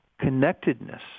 connectedness